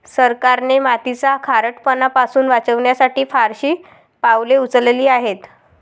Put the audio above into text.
सरकारने मातीचा खारटपणा पासून वाचवण्यासाठी फारशी पावले उचलली आहेत